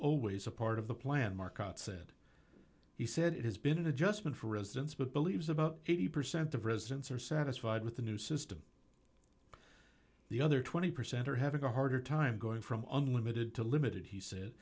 always a part of the plan mark out said he said it has been an adjustment for residents but believes about eighty percent of residents are satisfied with the new system the other twenty percent are having a harder time going from unlimited to limited he said